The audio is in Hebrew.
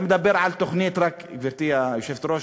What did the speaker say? אתה מדבר על תוכנית, גברתי היושבת-ראש,